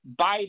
Biden